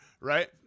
Right